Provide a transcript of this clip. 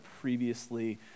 previously